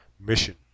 mission